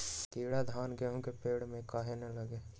कीरा धान, गेहूं के पेड़ में काहे न लगे?